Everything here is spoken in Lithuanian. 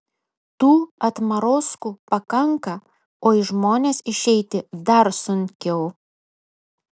tų atmarozkų pakanka o į žmones išeiti dar sunkiau